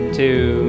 two